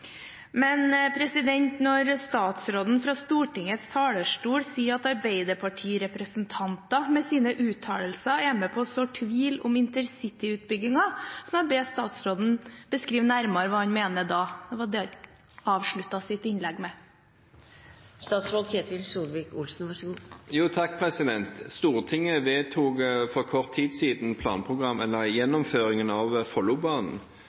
når statsråden fra Stortingets talerstol sier at arbeiderpartirepresentanter med sine uttalelser er med på å så tvil om intercityutbyggingen, må jeg be statsråden beskrive nærmere hva han mener da. Det var det han avsluttet sitt innlegg med.